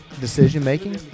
decision-making